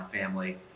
family